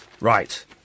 Right